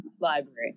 library